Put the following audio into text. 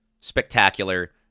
spectacular